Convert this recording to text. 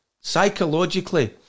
psychologically